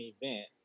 event